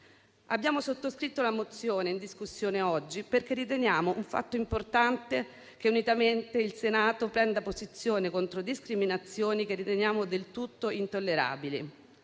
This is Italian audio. Abbiamo sottoscritto la mozione in discussione oggi perché riteniamo un fatto importante che unitamente il Senato prenda posizione contro discriminazioni che riteniamo del tutto intollerabili.